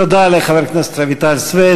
תודה לחברת הכנסת רויטל סויד.